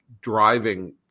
driving